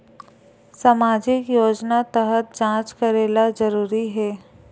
सामजिक योजना तहत जांच करेला जरूरी हे